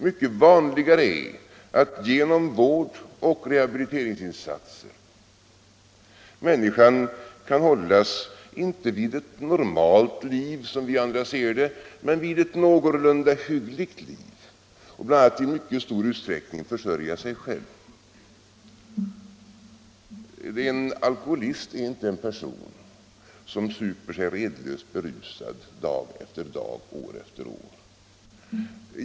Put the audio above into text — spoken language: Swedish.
Mycket vanligare är att genom vård och rehabiliteringsinsatser människan kan hållas inte vid ett normalt liv, som vi andra ser det, men vid ett någorlunda hyggligt liv och bl.a. i mycket stor utsträckning försörja sig själv. En alkoholist är inte en person som super sig redlöst berusad dag efter dag, år efter år.